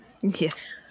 Yes